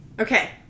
Okay